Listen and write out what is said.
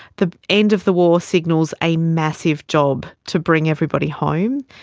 the end of the war signals a massive job to bring everybody home.